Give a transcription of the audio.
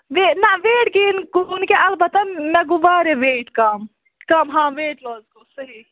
weight نہ weight gain گوٚو نہٕ کینٛہہ اَلبتہ مےٚ گوٚو واریاہ ویٹ کَم کَم ہاں ویٹ لاس گوٚو صحیح